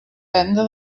venda